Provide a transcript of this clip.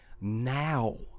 now